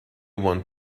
want